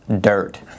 dirt